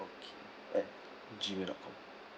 okay at G mail dot com